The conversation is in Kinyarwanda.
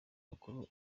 bakuru